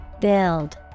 Build